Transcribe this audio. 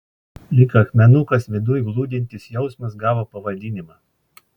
lyg akmenukas viduj glūdintis jausmas gavo pavadinimą